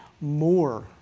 more